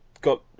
got